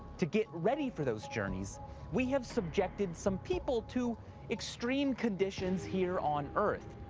to get ready for those journeys we have subjected some people to extreme conditions here on earth.